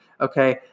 Okay